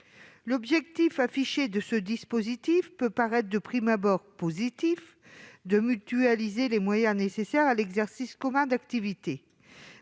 L'objectif affiché peut paraître de prime abord positif : mutualiser les moyens nécessaires à l'exercice commun d'activités.